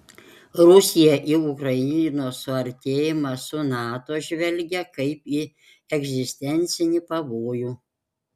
rusiją į ukrainos suartėjimą su nato žvelgia kaip į egzistencinį pavojų